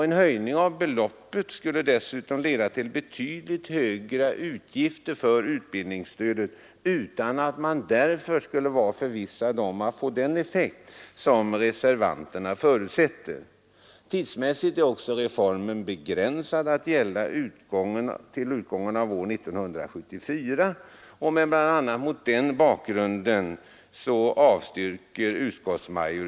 En höjning av beloppet skulle dessutom leda till betydligt höjda utgifter för utbildningsbidraget utan att man därför kunde vara förvissad om att höjningen får den effekt som reservanterna förutsätter. Tidsmässigt är reformen begränsad att gälla till utgången av år 1974.